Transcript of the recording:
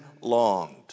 longed